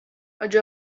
حاج